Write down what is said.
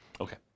Okay